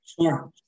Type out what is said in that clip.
sure